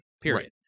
period